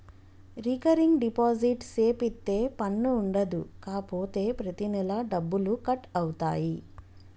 recurring deposit సేపిత్తే పన్ను ఉండదు కాపోతే ప్రతి నెలా డబ్బులు కట్ అవుతాయి